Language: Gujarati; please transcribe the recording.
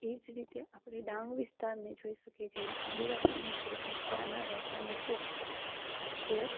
એ જ રીતે આપણે ડાંગ વિસ્તારને જોઈ શકીએ છીએ જેમાં આદિવાસી સંસ્કૃતિ ત્યાંનાં રહેતાં લોકો જે